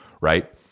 right